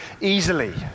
easily